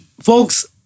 folks